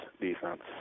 defense